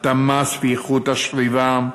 התמ"ס ואיכות הסביבה,